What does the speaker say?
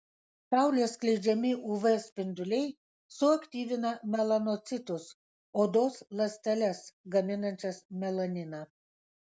saulės skleidžiami uv spinduliai suaktyvina melanocitus odos ląsteles gaminančias melaniną